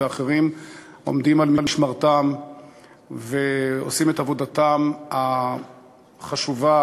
ואחרים עומדים על משמרתם ועושים את עבודתם החשובה,